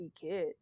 kid